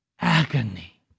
agony